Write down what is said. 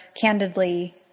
candidly